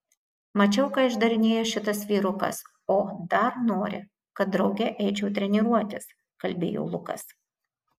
mačiau ką išdarinėja šitas vyrukas o dar nori kad drauge eičiau treniruotis kalbėjo lukas